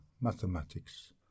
mathematics